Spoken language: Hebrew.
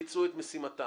ביצעו את משימתם.